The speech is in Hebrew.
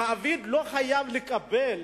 המעביד לא חייב לקבל